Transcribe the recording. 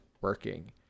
working